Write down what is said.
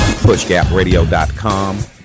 pushgapradio.com